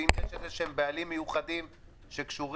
ואם יש איזשהם בעלים מיוחדים שקשורים